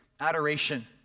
adoration